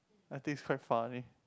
I think it's quite funny